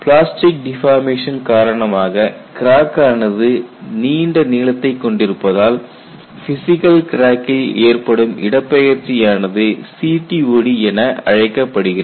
plastic deformation காரணமாக crack ஆனது நீண்ட நீளத்தைக் கொண்டிருப்பதால் பிசிக்கல் கிராக்கில் ஏற்படும் இடப்பெயர்ச்சி ஆனது CTOD என அழைக்கப்படுகிறது